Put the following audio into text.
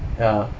ya